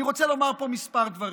אני רוצה לומר פה מספר דברים: